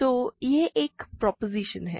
तो यह एक प्रोपोज़िशन है